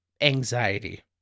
anxiety